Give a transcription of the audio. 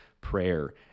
prayer